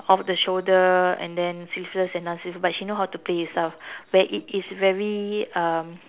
off the shoulder and then sleeveless and long sleeves but she knows how to play with styles where it is very um